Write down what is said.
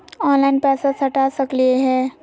Online पैसा सटा सकलिय है?